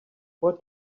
what